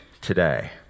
today